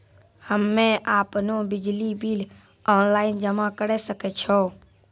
हम्मे आपनौ बिजली बिल ऑनलाइन जमा करै सकै छौ?